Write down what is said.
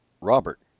Robert